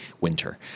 winter